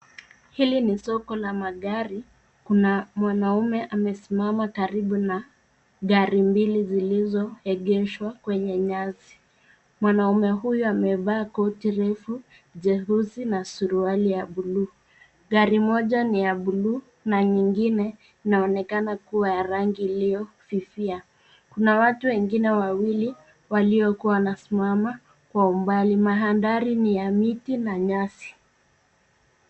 Hili ni soko la magari. Kuna mwanamume amesimama karibu na magari mawili yaliyoegeshwa kwenye nyasi. Mwanamume huyu amevaa koti refu jeusi na suruali ya buluu. Gari moja ni la buluu na jingine linaonekana kuwa la rangi iliyofifia. Kuna watu wengine wawili waliokuwa wamesimama Kwa umbali. Mandhari ni ya miti na nyasi.